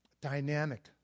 dynamic